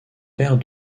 père